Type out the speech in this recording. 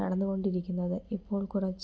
നടന്നുകൊണ്ടിരിക്കുന്നത് ഇപ്പോൾ കുറച്ച്